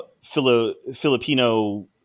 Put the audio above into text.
Filipino